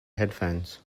headphones